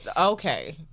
okay